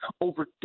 over